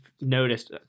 noticed